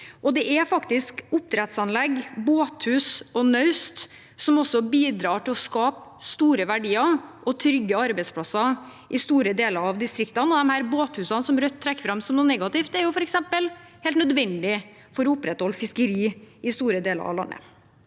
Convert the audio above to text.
Det er faktisk oppdrettsanlegg, båthus og naust som også bidrar til å skape store verdier og trygge arbeidsplasser i store deler av distriktene. Båthusene som Rødt trekker fram som noe negativt, er f.eks. helt nødvendige for å opprettholde fiskeri i store deler av landet.